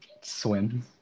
Swim